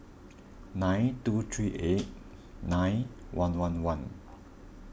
nine two three eight nine one one one